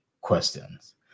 questions